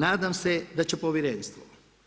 Nadam se da će Povjerenstvo